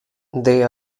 they